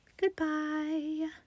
Goodbye